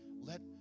let